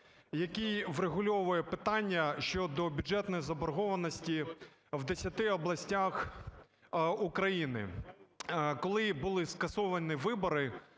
який врегульовує питання щодо бюджетної заборгованості в десяти областях України, коли були скасовані вибори